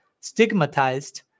stigmatized